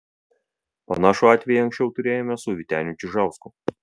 panašų atvejį anksčiau turėjome su vyteniu čižausku